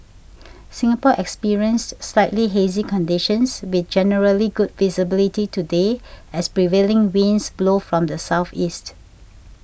Singapore experienced slightly hazy conditions with generally good visibility today as prevailing winds blow from the southeast